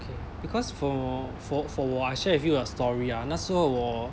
because for 我 for 我 I share with you a story ah 那时候我